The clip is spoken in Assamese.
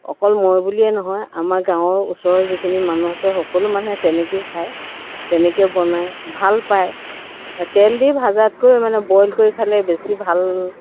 অকল মই বুলিয়েই নহয় আমাৰ গাঁৱৰ ওচৰৰ যিখিনি মানুহ আছে সকলো মানুহে তেনেকৈয়ে খায় তেনেকৈয়ে বনায় ভাল পায় তেল দি ভজাতকৈ মানে বইল কৰি খালে বেছি ভাল